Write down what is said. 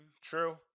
True